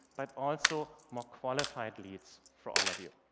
but also more qualified leads for all of you.